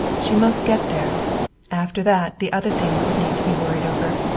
she must get there after that the other things would need to be worried over.